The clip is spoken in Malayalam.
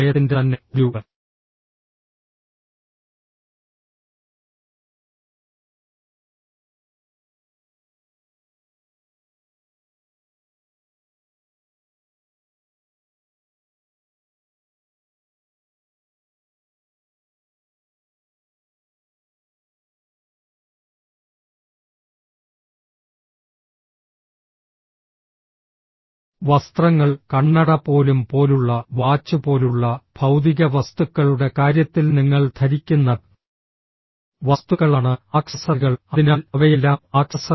ഈ ഉദ്ധരണി നോക്കൂ അതിനെക്കുറിച്ച് ചിന്തിക്കുക അതിനാൽ ഇത് ഒരു ജാനറ്റ് ലെയ്നിൽ നിന്ന് നിങ്ങൾ ധരിക്കുന്ന എല്ലാ കാര്യങ്ങളെക്കുറിച്ചും നിങ്ങളുടെ ആവിഷ്കാരമാണ് ഏറ്റവും പ്രധാനമെന്ന് അവർ പറയുന്നു മുമ്പത്തെ പ്രഭാഷണത്തിൽ ഓർക്കുക ഞാൻ അവസാനം ആക്സസറികളെക്കുറിച്ച് സംസാരിച്ചു പേന ബെൽറ്റ് വസ്ത്രങ്ങൾ കണ്ണട പോലും പോലുള്ള വാച്ച് പോലുള്ള ഭൌതിക വസ്തുക്കളുടെ കാര്യത്തിൽ നിങ്ങൾ ധരിക്കുന്ന വസ്തുക്കളാണ് ആക്സസറികൾ അതിനാൽ അവയെല്ലാം ആക്സസറികളാണ്